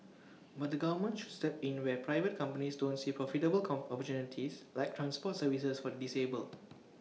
but the government should step in where private companies don't see profitable come opportunities like transport services for the disabled